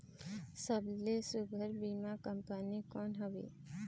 सबले सुघ्घर बीमा कंपनी कोन हवे?